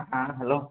হ্যাঁ হ্যালো